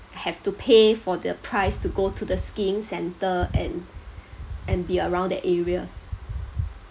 have to pay for the price to go to the skiing centre and and be around the area